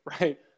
right